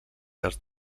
dels